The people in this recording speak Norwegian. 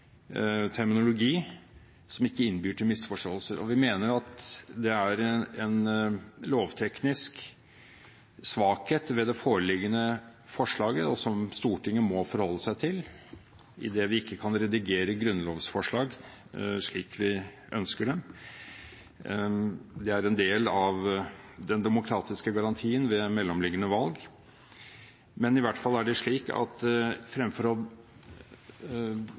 terminologi, som ikke innbyr til misforståelser. Og vi mener at det er en lovteknisk svakhet ved det foreliggende forslaget, og som Stortinget må forholde seg til, i det vi ikke kan redigere grunnlovsforslag slik vi ønsker det. Det er en del av den demokratiske garantien ved mellomliggende valg. Men i hvert fall er det slik at fremfor å